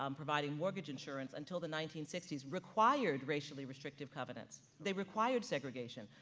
um providing mortgage insurance until the nineteen sixty s, required racially restrictive covenants, they required segregation.